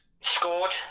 scored